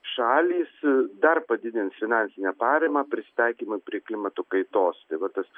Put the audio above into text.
šalys dar padidins finansinę paramą prisitaikymui prie klimato kaitos tai va tas